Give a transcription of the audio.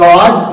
God